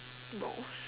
balls